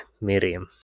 Miriam